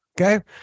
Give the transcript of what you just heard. Okay